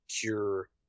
cure